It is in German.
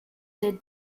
der